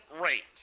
rate